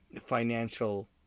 financial